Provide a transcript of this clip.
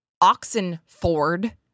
Oxenford